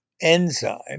enzyme